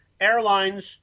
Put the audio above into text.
airlines